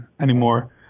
anymore